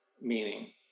meaning